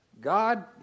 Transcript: God